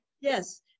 Yes